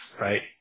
Right